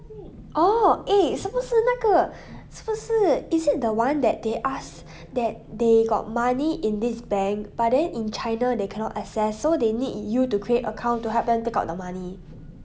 oh eh 是不是那个是不是 is it the [one] that they ask that they got money in this bank but then in china they cannot access so they need you to create account to help them take out the money